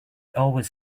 always